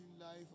life